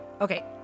Okay